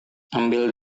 ambil